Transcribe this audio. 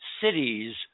cities